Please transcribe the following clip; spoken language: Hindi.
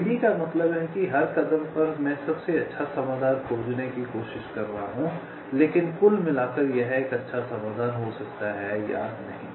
ग्रीडी का मतलब है हर कदम पर मैं सबसे अच्छा समाधान खोजने की कोशिश कर रहा हूं लेकिन कुल मिलाकर यह एक अच्छा समाधान हो सकता है या नहीं